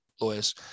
lawyers